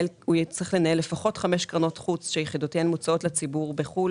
הוא יצטרך לנהל לפחות חמש קרנות חוץ שיחידותיהן מוצעות לציבור בחו"ל